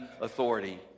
authority